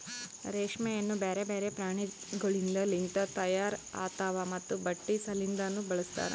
ರೇಷ್ಮೆಯನ್ನು ಬ್ಯಾರೆ ಬ್ಯಾರೆ ಪ್ರಾಣಿಗೊಳಿಂದ್ ಲಿಂತ ತೈಯಾರ್ ಆತಾವ್ ಮತ್ತ ಬಟ್ಟಿ ಸಲಿಂದನು ಬಳಸ್ತಾರ್